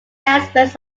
aspects